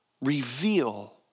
reveal